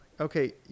okay